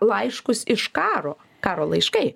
laiškus iš karo karo laiškai